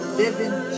living